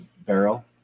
barrel